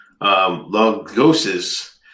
Logosis